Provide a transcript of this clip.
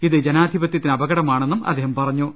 ഇത് ജനാധിപത്യത്തിന് അപ കടമാണെന്നും അദ്ദേഹം പറഞ്ഞു